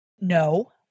No